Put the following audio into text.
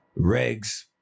Regs